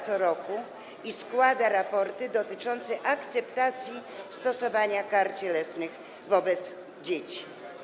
Co roku bada, i składa raporty tego dotyczące, akceptację stosowania kar cielesnych wobec dzieci.